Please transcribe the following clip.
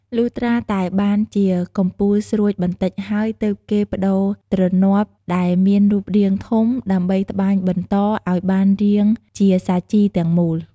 លុះត្រាតែបានជា កំពូលស្រួចបន្តិចហើយ ទើបគេប្តូរទ្រនាប់ដែលមានរូបរាងធំ ដើម្បីត្បាញបន្តឲ្យបានរាងជាសាជីទាំងមូល។